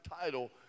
title